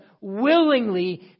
willingly